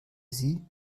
sie